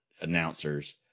announcers